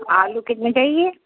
आलू कितने चाहिए